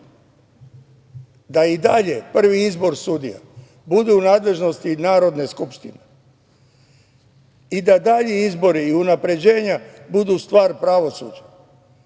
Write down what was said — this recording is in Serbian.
da i dalje prvi izbor sudija bude u nadležnosti Narodne skupštine i da dalji izbori i unapređenja budu stvar pravosuđa